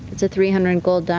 it's a three hundred gold